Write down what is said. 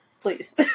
Please